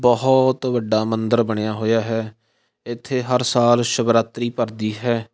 ਬਹੁਤ ਵੱਡਾ ਮੰਦਰ ਬਣਿਆ ਹੋਇਆ ਹੈ ਇੱਥੇ ਹਰ ਸਾਲ ਸ਼ਿਵਰਾਤਰੀ ਭਰਦੀ ਹੈ